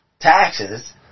taxes